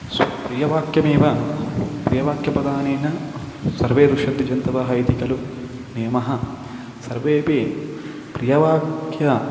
स्वप्रियवाक्यमेव प्रियवाक्यप्रदानेन सर्वे ऋष्यन्ति जन्तवः इति खलु नियमः सर्वेपि प्रियवाक्यम्